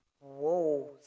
whoa